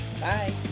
Bye